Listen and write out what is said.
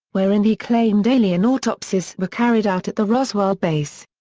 wherein he claimed alien autopsies were carried out at the roswell base.